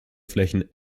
flächen